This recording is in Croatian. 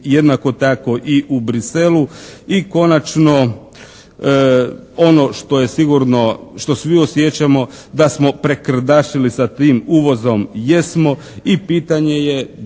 jednako tako i u Bruxellesu i konačno ono što je sigurno, što svi osjećamo da smo prekrdašili sa tim uvozom jesmo i pitanje je